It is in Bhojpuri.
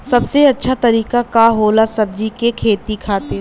सबसे अच्छा तरीका का होला सब्जी के खेती खातिर?